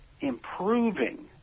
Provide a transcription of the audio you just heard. improving